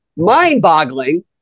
Mind-boggling